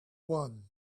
one